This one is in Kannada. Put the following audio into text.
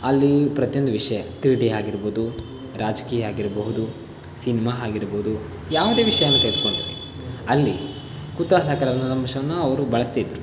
ಅಲ್ಲಿ ಪ್ರತಿಯೊಂದು ವಿಷಯ ಕ್ರೀಡೆ ಆಗಿರಬಹುದು ರಾಜಕೀಯ ಆಗಿರಬಹುದು ಸಿನಿಮಾ ಆಗಿರಬಹುದು ಯಾವುದೇ ವಿಷಯನ ತೆಗೆದುಕೊಂಡರೆ ಅಲ್ಲಿ ಕುತೂಹಕರವಾದ ಅಂಶವನ್ನು ಅವರು ಬಳಸ್ತಿದ್ರು